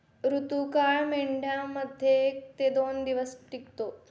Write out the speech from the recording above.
ऋतुकाळ मेंढ्यांमध्ये एक ते दोन दिवस टिकतो